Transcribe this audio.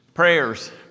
Prayers